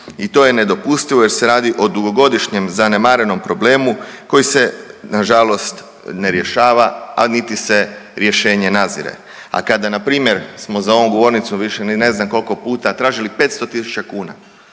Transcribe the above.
i to je nedopustivo jer se radi o dugogodišnjem zanemarenom problemu koji se nažalost ne rješava, a niti se rješenje nadzire. A kada npr. smo za ovom govornicom više ni ne znam koliko puta tražili 500.000 kuna